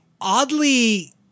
oddly